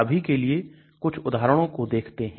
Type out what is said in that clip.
अभी के लिए कुछ उदाहरणों को देखते हैं